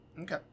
Okay